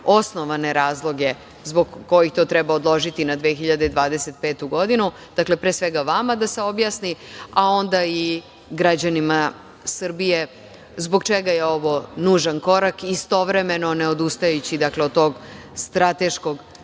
osnovane razloge zbog kojih to treba odložiti na 2025. godinu. Dakle, pre svega vama da se objasni, a onda i građanima Srbije zbog čega je ovo nužan korak i istovremeno ne odustajući od tog strateškog